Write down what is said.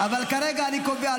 אבל כרגע אני קובע,